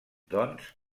doncs